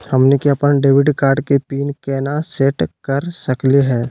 हमनी अपन debit card के पीन केना सेट कर सकली हे?